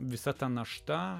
visa ta našta